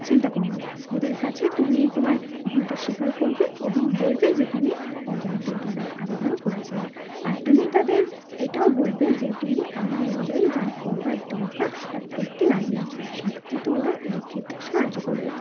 চিন্তা করো না ওদের কাছে তুমি এই তোমার ভুলটা স্বীকার করবে এবং বলবে যে তুমি অজান্তে দুবার আবেদন করেছিলে আর তুমি তাদের এইটাও বলবে যে তুমি আইন অনুযায়ী যা করবার দরকার সব করতে রাজি আছ সাধারণত ওরা এই ক্ষেত্রে সাহায্য করবে